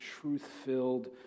truth-filled